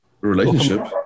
relationship